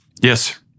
Yes